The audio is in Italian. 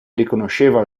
riconosceva